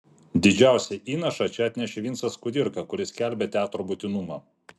didžiausią įnašą čia atnešė vincas kudirka kuris skelbė teatro būtinumą